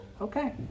Okay